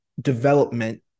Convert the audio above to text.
development